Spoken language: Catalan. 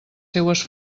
seues